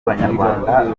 banyarwanda